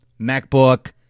MacBook